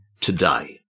today